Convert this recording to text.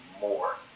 more